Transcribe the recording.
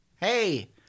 Hey